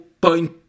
point